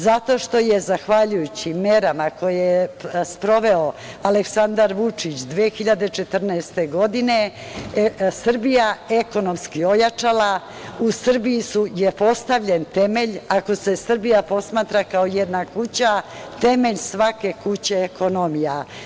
Zato što je zahvaljujući merama koje je sproveo Aleksandar Vučić 2014. godine Srbija ekonomski ojačala, u Srbiji je postavljen temelj, ako se Srbija posmatra kao jedna kuća, temelj svake kuće je ekonomija.